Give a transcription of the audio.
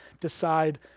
decide